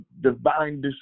divine